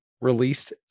released